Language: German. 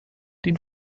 den